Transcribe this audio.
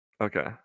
Okay